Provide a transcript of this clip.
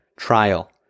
Trial